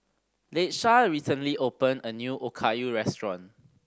Latesha recently opened a new Okayu Restaurant